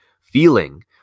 feeling